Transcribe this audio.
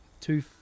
two